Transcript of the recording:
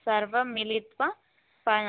सर्वं मिलित्वा